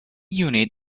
unit